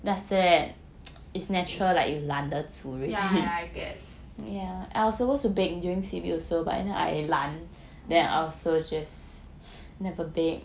yeah yeah I gets